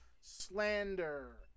slander